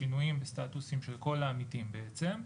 שינויים בסטטוסים של כל העמיתים בעצם.